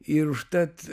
ir užtat